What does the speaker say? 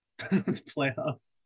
playoffs